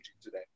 today